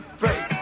three